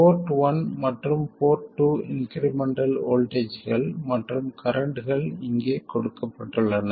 board one மற்றும் port two incremental வோல்ட்டேஜ்கள் மற்றும் கரண்ட்கள் இங்கே கொடுக்கப்பட்டுள்ளன